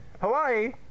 Hawaii